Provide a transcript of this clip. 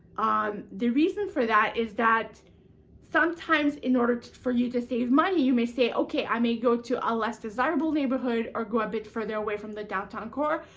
um the reason for that is that sometimes, in order to for you to save money, you may say okay, i may go to a less desirable neighbourhood, or go a bit further away from the downtown core,